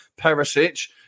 Perisic